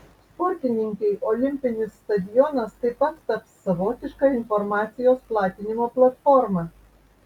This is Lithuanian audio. sportininkei olimpinis stadionas taip pat taps savotiška informacijos platinimo platforma